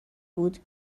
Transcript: بود